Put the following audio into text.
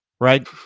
right